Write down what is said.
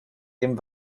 dem